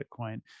Bitcoin